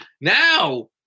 Now